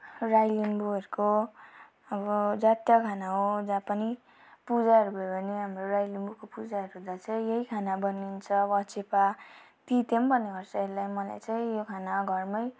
राई लिम्बूहरूको अब जातीय खाना हो जहाँ पनि पूजाहरूमा पनि हाम्रो राई लिम्बूको पुजाहरू हुँदा चाहिँ यही खाना बनिन्छ वाचिप्पा तिते पनि भन्ने गर्छ मलाई चाहिँ यो खाना घरमै